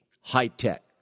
...high-tech